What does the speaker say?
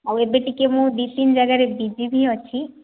ଆଉ ଏବେ ଟିକେ ମୁଁ ଦୁଇ ତିନି ଜାଗାରେ ବିଜି ବି ଅଛି